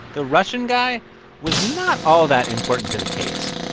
the russian guy was not all that important to the case.